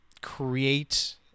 create